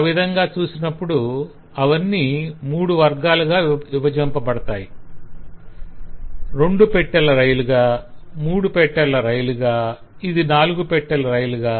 ఆ విధంగా చూసినప్పుడు అవన్నీ మూడు వర్గాలుగా విభజింప పడతాయి - రెండు పెట్టెల రైలుగా మూడు పెట్టెల రైలుగా ఇది నాలుగు పెట్టెల రైలుగా